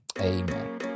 Amen